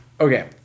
Okay